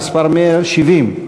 מס' 170,